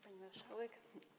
Pani Marszałek!